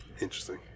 Interesting